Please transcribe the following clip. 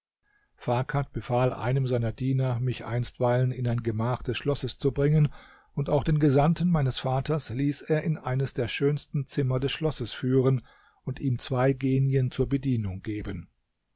farkad befahl einem seiner diener mich einstweilen in ein gemach des schlosses zu bringen und auch den gesandten meines vaters ließ er in eines der schönsten zimmer des schlosses führen und ihm zwei genien zur bedienung geben